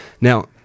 Now